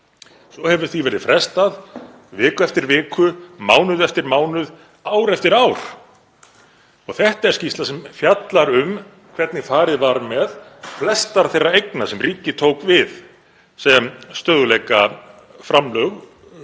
Svo hefur því verið frestað viku eftir viku, mánuð eftir mánuð, ár eftir ár og þetta er skýrsla sem fjallar um hvernig farið var með flestar þeirra eigna sem ríkið tók við sem stöðugleikaframlögum